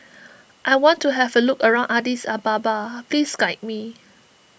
I want to have a look around Addis Ababa please guide me